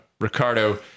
ricardo